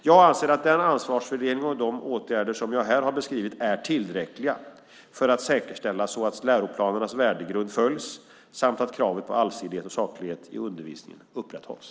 Jag anser att den ansvarsfördelning och de åtgärder som jag här har beskrivit är tillräckliga för att säkerställa att läroplanernas värdegrund följs samt att kravet på allsidighet och saklighet i undervisningen upprätthålls.